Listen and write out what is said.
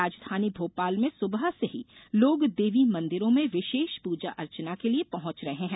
राजधानी भोपाल में सुबह से ही लोग देवी मंदिरों में विशेष पूजा अर्चना के लिये पहुंच रहे है